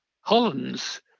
Holland's